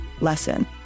lesson